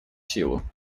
силу